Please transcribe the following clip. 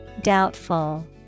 Doubtful